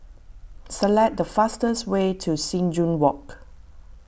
select the fastest way to Sing Joo Walk